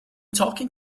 talking